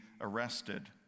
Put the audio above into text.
arrested